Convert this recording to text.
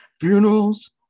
Funerals